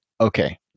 okay